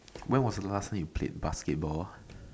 when was the last time you played basketball